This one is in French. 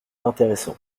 intéressant